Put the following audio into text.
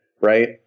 right